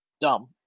dumb